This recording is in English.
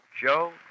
Joe